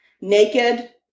naked